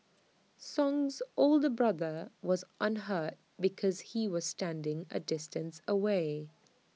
song's older brother was unhurt because he was standing A distance away